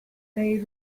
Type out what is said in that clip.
they